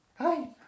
hi